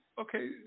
okay